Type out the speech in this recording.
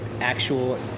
actual